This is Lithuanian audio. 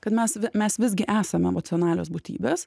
kad mes mes visgi esam emocionalios būtybės